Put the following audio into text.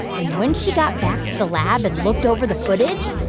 and when she got back to the lab and looked over the footage,